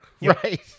Right